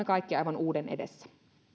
kaikki aivan uuden edessä